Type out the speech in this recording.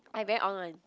I very on [one]